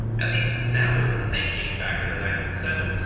at least, that was the thinking back in the nineteen seventy s.